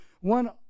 one